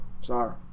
Sorry